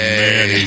man